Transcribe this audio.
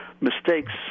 mistakes